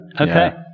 Okay